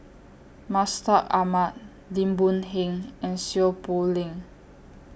Mustaq Ahmad Lim Boon Heng and Seow Poh Leng